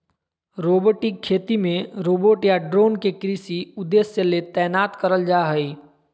robotic खेती मे robot या ड्रोन के कृषि उद्देश्य ले तैनात करल जा हई